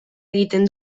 egiten